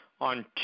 on